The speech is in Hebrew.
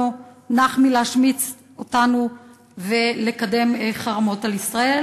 נח מלהשמיץ אותנו ולקדם חרמות על ישראל.